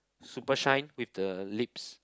super shine with the lips